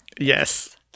Yes